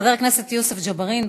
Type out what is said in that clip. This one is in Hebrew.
חבר הכנסת יוסף ג'בארין,